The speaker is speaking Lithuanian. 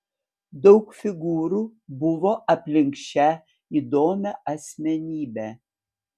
daug figūrų buvo aplink šią įdomią asmenybę